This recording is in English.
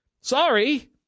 Sorry